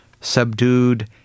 Subdued